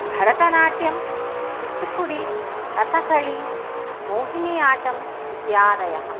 भरतनाट्यं कुचिपुडि कथकळि मोहिनी आटम् इत्यादयः